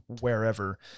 wherever